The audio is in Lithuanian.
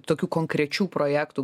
tokių konkrečių projektų